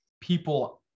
people